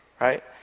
Right